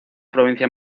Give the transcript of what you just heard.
provincia